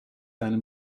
einem